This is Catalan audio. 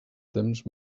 temps